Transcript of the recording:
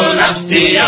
nasty